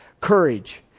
courage